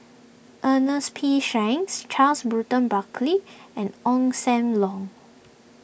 Ernest P Shanks Charles Bruton Buckley and Ong Sam Leong